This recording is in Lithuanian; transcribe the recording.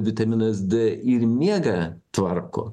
vitaminas d ir miegą tvarko